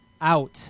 out